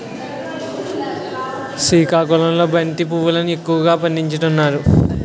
సికాకుళంలో బంతి పువ్వులును ఎక్కువగా పండించుతారు